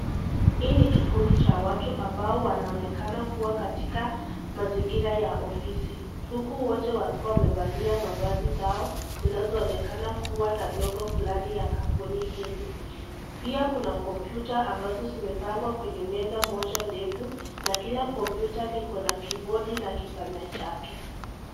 Hii ni kikundi cha watu ambao wanaonekana kua katika mazingira ya ofisi, huku wote wakiwa wamevalia mavazi zao zinazo onekana kua na logo fulani ya kampuni hili. Pia kuna kompyuta ambazo zimepangwa kwenye meza moja ndefu na kila kompyuta liko na kibodi na kipanya chake.